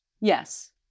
Yes